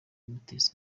imuteza